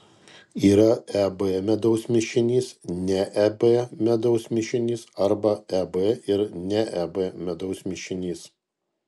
yra eb medaus mišinys ne eb medaus mišinys arba eb ir ne eb medaus mišinys